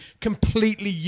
completely